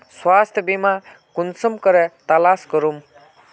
स्वास्थ्य बीमा कुंसम करे तलाश करूम?